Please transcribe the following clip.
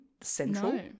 Central